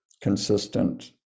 consistent